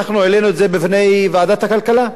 העלינו את זה בפני ועדת הכלכלה,